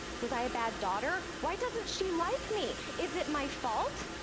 was i a bad daughter? why doesn't she like me? is it my fault?